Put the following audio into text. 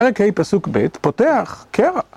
אוקיי, פסוק ב' פותח, קרע